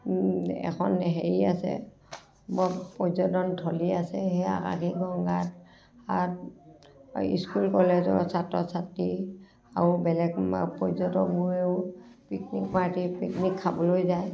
এখন হেৰি আছে পৰ্যটন স্থলী আছে সেই আকাশী গংগাত স্কুল কলেজৰ ছাত্ৰ ছাত্ৰী আৰু বেলেগ পৰ্যটকবোৰেও পিকনিক পাৰ্টি পিকনিক খাবলৈ যায়